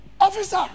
officer